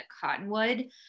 Cottonwood